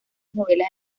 novelas